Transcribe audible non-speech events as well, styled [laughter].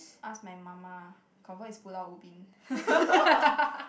ask my mama confirm is Pulau-Ubin [laughs]